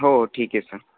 हो ठीक आहे सर